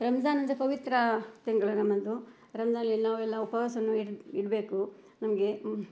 ರಂಜಾನ್ ಅಂದರೆ ಪವಿತ್ರ ತಿಂಗಳು ನಮ್ಮದು ರಂಜಾಲಿ ನಾವೆಲ್ಲ ಉಪವಾಸವೂ ಇಡಬೇಕು ನಮಗೆ